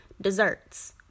desserts